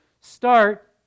start